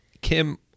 Kim